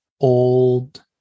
old